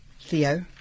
Theo